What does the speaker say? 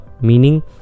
meaning